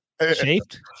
shaped